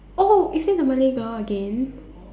oh is it the Malay girl again